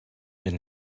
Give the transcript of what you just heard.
been